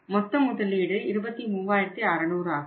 மொத்த முதலீடு 23600 ஆகும்